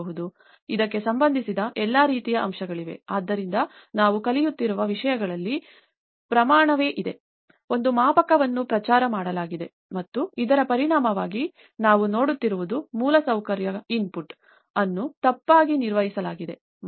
ಇದಕ್ಕೆ ಸಂಬಂಧಿಸಿದ ಎಲ್ಲಾ ಇತರ ಅಂಶಗಳಿವೆ ಆದ್ದರಿಂದ ನಾವು ಕಲಿಯುತ್ತಿರುವ ವಿಷಯಗಳಲ್ಲಿ ಪ್ರಮಾಣವು ಇದೆ ಒಂದು ಮಾಪಕವನ್ನು ಪ್ರಚಾರ ಮಾಡಲಾಗಿದೆ ಮತ್ತು ಇದರ ಪರಿಣಾಮವಾಗಿ ನಾವು ನೋಡುತ್ತಿರುವುದು ಮೂಲಸೌಕರ್ಯ ಇನ್ಪುಟ್ ಅನ್ನು ತಪ್ಪಾಗಿ ನಿರ್ವಹಿಸಲಾಗಿದೆ ಮತ್ತು ಅಪೂರ್ಣ ಕೆಲಸವಾಗಿದೆ